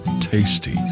tasty